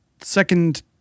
second